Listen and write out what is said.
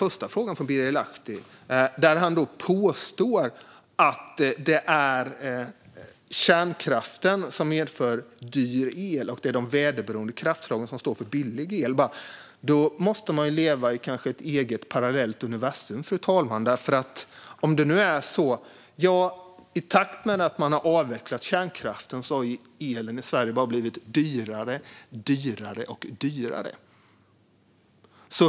Birger Lahti påstår att det är kärnkraften som medför dyr el och att det är de väderberoende kraftslagen som står för billig el. Han lever nog i ett parallellt universum, för i takt med att kärnkraften avvecklats har elen blivit dyrare och dyrare.